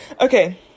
Okay